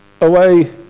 away